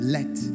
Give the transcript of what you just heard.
Let